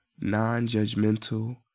non-judgmental